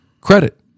credit